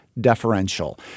deferential